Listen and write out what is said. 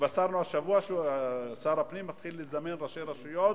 התבשרנו השבוע ששר הפנים מתחיל לזמן ראשי רשויות,